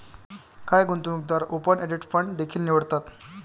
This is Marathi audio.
काही गुंतवणूकदार ओपन एंडेड फंड देखील निवडतात